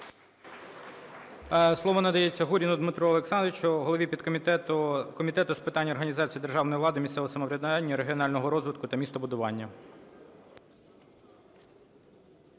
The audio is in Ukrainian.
Слово надається Гуріну Дмитру Олександровичу, голові підкомітету Комітету з питань організації державної влади, місцевого самоврядування, регіонального розвитку та містобудування.